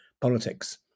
politics